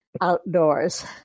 outdoors